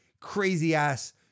crazy-ass